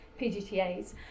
PGTAs